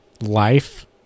life